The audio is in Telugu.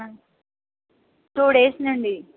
టూ డేస్ నుండి